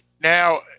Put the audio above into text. now